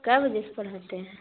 کئے بجے سے پڑھاتے ہیں